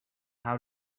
how